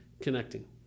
Connecting